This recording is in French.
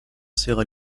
sert